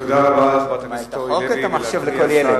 את החוק או את המחשב לכל ילד?